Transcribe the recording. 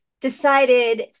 decided